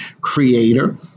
creator